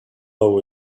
over